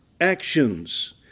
actions